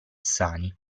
sani